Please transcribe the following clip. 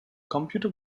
computer